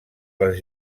les